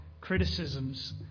criticisms